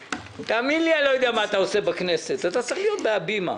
לפני כמה ימים הגשתי הסתייגות לחוק פיזור הכנסת לגבי חוק קמיניץ,